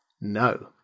No